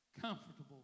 comfortable